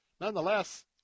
nonetheless